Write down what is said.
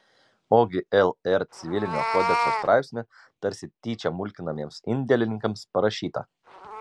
ogi lr civilinio kodekso straipsnį tarsi tyčia mulkinamiems indėlininkams parašytą